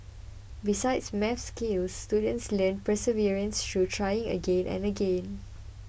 besides maths skills students learn perseverance through trying again and again